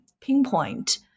pinpoint